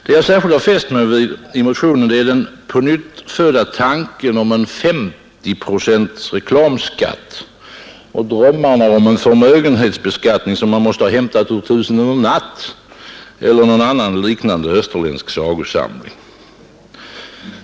Det jag särskilt har fäst mig vid i motionen är den på nytt födda tanken om en 50 procents reklamskatt och drömmarna om en förmögenhetsbeskattning som man måste ha hämtat ur Tusen och en natt eller någon annan österländsk sagosamling.